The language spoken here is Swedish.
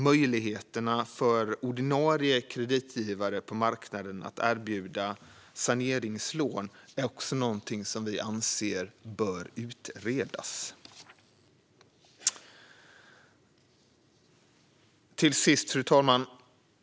Möjligheterna för ordinarie kreditgivare på marknaden att erbjuda saneringslån är också någonting som vi anser bör utredas. Fru talman!